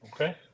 Okay